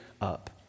up